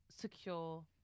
secure